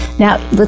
Now